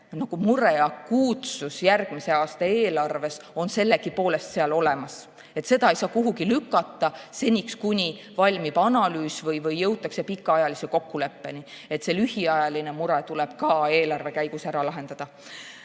mure ja akuutsus järgmise aasta eelarves sellegipoolest olemas. Seda ei saa kuhugi lükata, seniks kuni valmib analüüs või jõutakse pikaajalise kokkuleppeni. Ka see lühiajaline mure tuleb eelarve käigus ära lahendada. Jõudu